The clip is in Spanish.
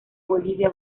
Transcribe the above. bolivia